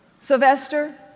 Sylvester